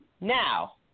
Now